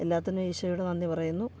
എല്ലാത്തിനും ഈശോയോട് നന്ദി പറയുന്നു